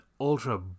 ultra